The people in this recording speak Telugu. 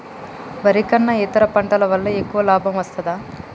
వరి కన్నా ఇతర పంటల వల్ల ఎక్కువ లాభం వస్తదా?